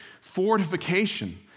fortification